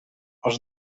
els